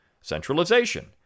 centralization